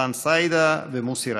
דן סידה ומוסי רז.